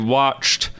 watched